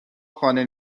خانه